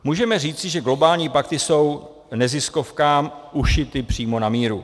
Můžeme říci, že globální pakty jsou neziskovkám ušity přímo na míru.